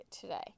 today